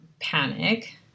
panic